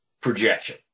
projection